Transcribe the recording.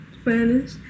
Spanish